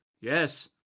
yes